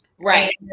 right